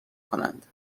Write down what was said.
کنند